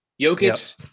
Jokic